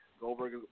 Goldberg